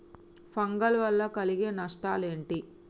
Fungal వల్ల కలిగే నష్టలేంటి?